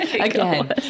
again